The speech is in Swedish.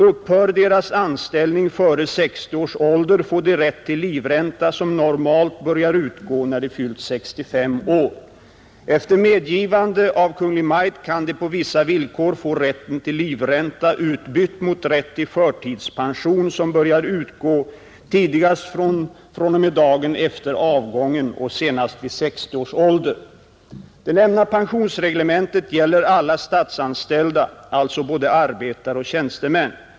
Upphör deras anställning före 60 års ålder får de rätt till livränta som normalt börjar utgå när de fyllt 65 år. Efter medgivande av Kungl. Maj:t kan de på vissa villkor få rätten till livränta utbytt mot rätt till förtidspension som börjar utgå tidigast fr.o.m. dagen efter avgången och senast vid 60 års ålder. Det nämnda pensionsreglementet gäller alla statsanställda, alltså både arbetare och tjänstemän.